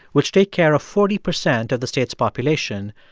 which take care of forty percent of the state's population,